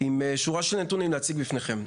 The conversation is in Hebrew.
עם שורה של נתונים להציג בפניכם.